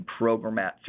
programmatic